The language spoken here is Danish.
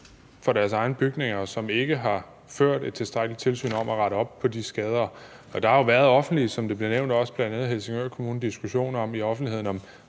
for deres egne bygninger, og som ikke har ført et tilstrækkeligt tilsyn, om at rette op på de mangler. Der har jo, som det også er blevet nævnt, bl.a. i Helsingør Kommune, været diskussioner i offentligheden om,